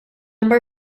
number